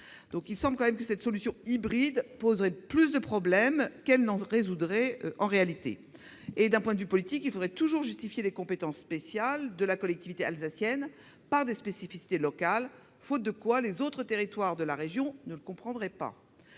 locales. Il me semble que cette solution hybride poserait plus de problèmes qu'elle n'en résoudrait. D'un point de vue politique, il faudrait toujours justifier les compétences spéciales de la collectivité alsacienne par des spécificités locales, faute de quoi les autres territoires de la région ne le comprendraient pas.